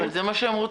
אבל זה מה שהם רוצים.